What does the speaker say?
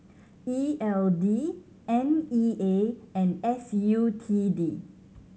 E L D N E A and S U T D